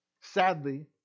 Sadly